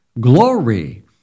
Glory